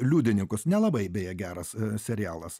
liudininkus nelabai beje geras serialas